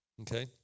Okay